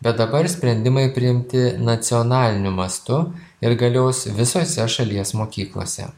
bet dabar sprendimai priimti nacionaliniu mastu ir galios visose šalies mokyklose